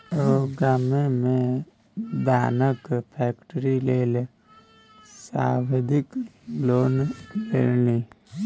ओ गाममे मे दानाक फैक्ट्री लेल सावधि लोन लेलनि